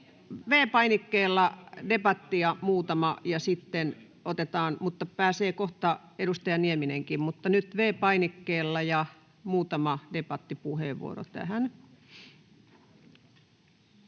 V-painikkeella debattia muutama puheenvuoro, ja sitten pääsee kohta edustaja Nieminenkin, mutta nyt V-painikkeella muutama debattipuheenvuoro tähän.